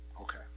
Okay